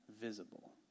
visible